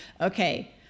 okay